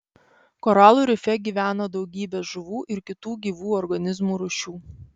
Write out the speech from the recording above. koralų rife gyvena daugybė žuvų ir kitų gyvų organizmų rūšių